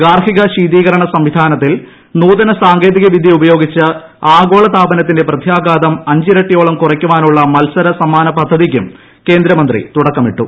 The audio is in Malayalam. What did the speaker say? ഗാർഹിക ശീതികരണ സംവിധാനത്തിൽ നൂതന സാങ്കേതിക വിദ്യ ഉപയോഗിച്ച് ആഗോള താപനത്തിന്റെ പ്രത്യാഘാതം അഞ്ചിരട്ടിയോളം കുറയ്ക്കാനുളള മത്സര സമ്മാനപദ്ധതിക്കും കേന്ദ്രമന്ത്രി തുടക്കമിട്ടു